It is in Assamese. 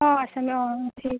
অঁ আছামিছ অঁ ঠিক